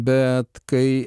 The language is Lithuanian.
bet kai